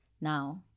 Now